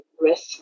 risk